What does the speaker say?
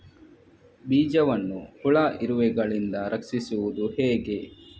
ಬೀಜವನ್ನು ಹುಳ, ಇರುವೆಗಳಿಂದ ರಕ್ಷಿಸುವುದು ಹೇಗೆ?